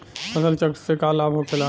फसल चक्र से का लाभ होखेला?